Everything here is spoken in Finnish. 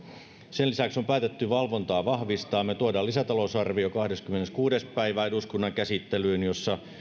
sen lisäksi on päätetty valvontaa vahvistaa me tuomme lisätalousarvion kahdeskymmeneskuudes päivä eduskunnan käsittelyyn jossa